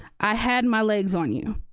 i had my legs on you.